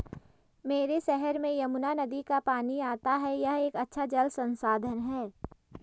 मेरे शहर में यमुना नदी का पानी आता है यह एक अच्छा जल संसाधन है